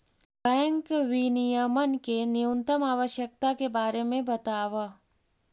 bank विनियमन के न्यूनतम आवश्यकता के बारे में बतावऽ